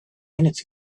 minutes